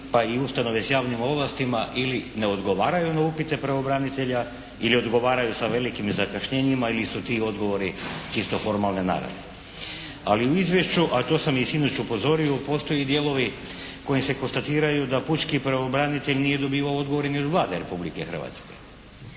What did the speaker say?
pa i ustanove s javnim ovlastima ili ne odgovaraju na upite pravobranitelja ili odgovaraju sa velikim zakašnjenjima ili su ti odgovori čisto formalne naravi. Ali u izvješću a to sam i sinoć upozorio postoje dijelovi kojim se konstatiraju da pučki pravobranitelj nije dobivao odgovor ni od Vlade Republike Hrvatske